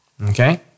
Okay